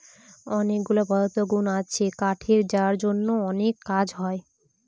অনেকগুলা পদার্থগুন আছে কাঠের যার জন্য অনেক কাজ হয়